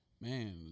man